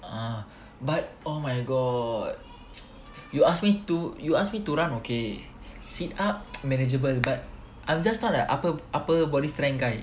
ah but oh my god you ask me to you ask me to run okay sit up manageable but I'm just not a upper upper body strength guy